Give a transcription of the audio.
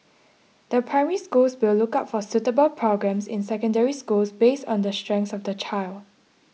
the Primary Schools will look out for suitable programmes in Secondary Schools based on the strengths of the child